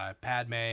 Padme